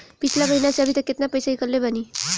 पिछला महीना से अभीतक केतना पैसा ईकलले बानी?